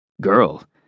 Girl